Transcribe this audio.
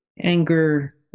anger